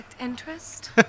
interest